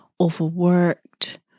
overworked